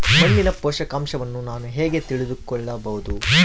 ಮಣ್ಣಿನ ಪೋಷಕಾಂಶವನ್ನು ನಾನು ಹೇಗೆ ತಿಳಿದುಕೊಳ್ಳಬಹುದು?